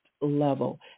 Level